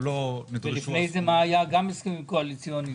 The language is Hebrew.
-- גם לפני זה היה הסכמים קואליציוניים.